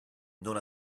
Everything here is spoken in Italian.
non